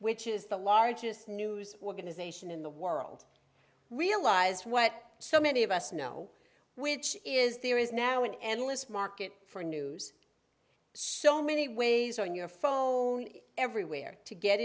which is the largest news organization in the world realized what so many of us know which is there is now an endless market for news so many ways on your phone everywhere to get